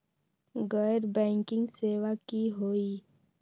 गैर बैंकिंग सेवा की होई?